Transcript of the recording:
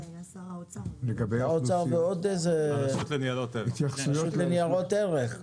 האוצר והרשות לניירות ערך.